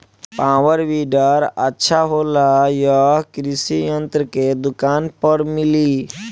Power weeder अच्छा होला यह कृषि यंत्र के दुकान पर मिली?